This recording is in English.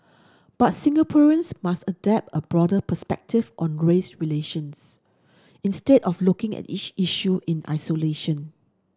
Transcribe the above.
but Singaporeans must adapt a broader perspective on grace relations instead of looking at each issue in isolation